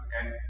okay